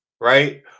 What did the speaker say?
Right